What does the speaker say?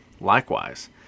Likewise